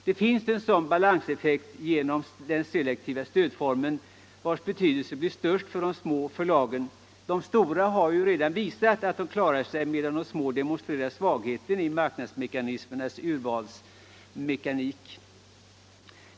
Det finns en sådan balanseffekt i den selektiva stödformen, vars betydelse blir större för de små förlagen. De stora har ju redan visat att de klarar sig, medan de små demonstrerar svagheten i marknadskrafternas urvalsmekanik.